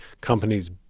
companies